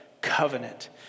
covenant